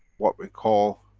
what we call